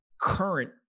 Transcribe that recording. current